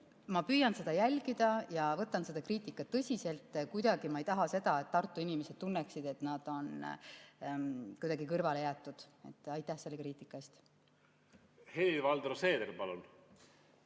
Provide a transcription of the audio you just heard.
ma püüan seda jälgida ja võtan seda kriitikat tõsiselt. Kuidagi ma ei taha seda, et Tartu inimesed tunneksid, et nad on nagu kõrvale jäetud. Aitäh selle kriitika eest! Aitäh! Ma olen